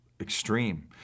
Extreme